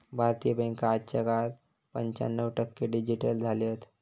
भारतीय बॅन्का आजच्या काळात पंच्याण्णव टक्के डिजिटल झाले हत